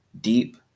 deep